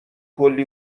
کلی